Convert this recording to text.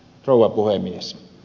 rouva puhemies